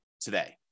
today